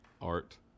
art